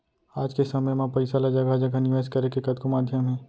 आज के समे म पइसा ल जघा जघा निवेस करे के कतको माध्यम हे